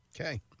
Okay